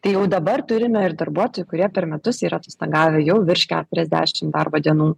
tai jau dabar turime ir darbuotojų kurie per metus yra atostogavę jau virš keturiasdešimt darbo dienų